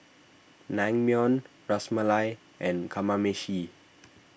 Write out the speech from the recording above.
Naengmyeon Ras Malai and Kamameshi